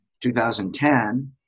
2010